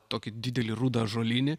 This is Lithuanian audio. tokį didelį rudą ąžuolinį